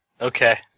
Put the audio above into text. Okay